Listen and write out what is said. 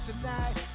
tonight